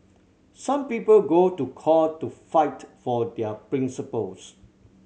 some people go to court to fight for their principles